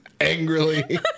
Angrily